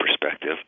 perspective